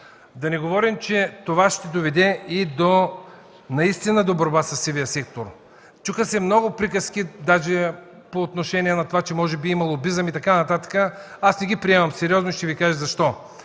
Да не говорим, че това наистина ще доведе и до борба със сивия сектор. Чуха се много приказки, даже по отношение на това, че може би има лобизъм и така нататък. Аз не ги приемам сериозно и ще Ви кажа защо.